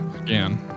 again